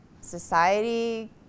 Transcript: society